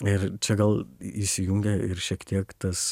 ir čia gal įsijungia ir šiek tiek tas